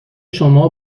شما